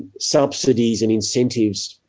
subsidies and incentives